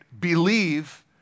believe